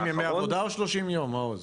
שלושים ימי עבודה, או שלושים יום, מעוז?